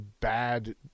bad